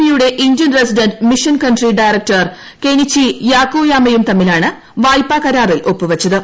ബിയുടെ Indian resident mission country director Kenichi യോക്കോയാമയും തമ്മിലാണ് വായ്പ കരാറിൽ ഒപ്പുവച്ചത്